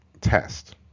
test